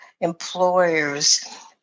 employers